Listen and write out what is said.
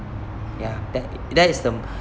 ya that that is the